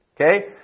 Okay